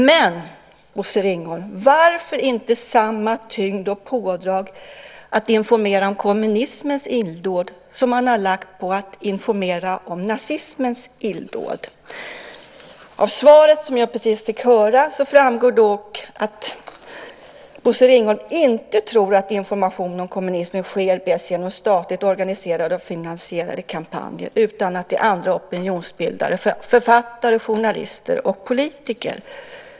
Men, Bosse Ringholm, varför har man inte samma tyngd och pådrag när det gäller att informera om kommunismens illdåd som när det gäller att informera om nazismens illdåd? Av svaret som jag precis fick höra framgår att Bosse Ringholm inte tror att information om kommunismen sker bäst genom statligt organiserade och finansierade kampanjer utan genom andra opinionsbildare: författare, journalister och politiker.